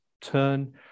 turn